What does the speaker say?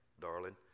darling